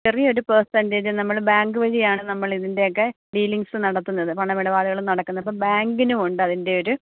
ചെറിയൊര് percentage നമ്മള് bank വഴിയാണ് നമ്മള് ഇതിൻ്റെയൊക്കെ ഡീലിംഗ്സ് നടത്തുന്നത് പണമിടപാടുകളും നടക്കുന്നത് അപ്പോൾ ബാങ്കിനുമുണ്ട് അതിൻ്റെയൊര്